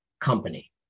company